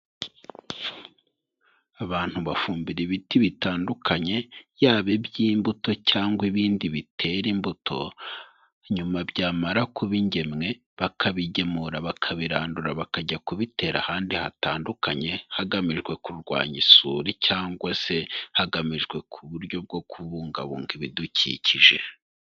Abantu bafumbira ibiti bitandukanye, yaba iby'imbuto cyangwa ibindi bitera imbuto, nyuma byamara kuba ingemwe, bakabigemura bakabirandura bakajya kubitera ahandi hatandukanye, hagamijwe kurwanya isuri cyangwa se, hagamijwe uburyo bwo kubungabunga ibidukikije.